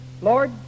Lord